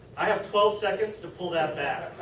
i have twelve seconds to pull that back.